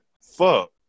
Fuck